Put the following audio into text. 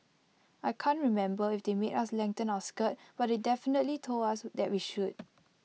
I can't remember if they made us lengthen our skirt but they definitely told us that we should